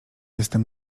jestem